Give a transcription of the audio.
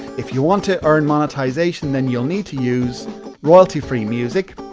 if you want to earn monetization then you'll need to use royalty free music,